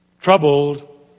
Troubled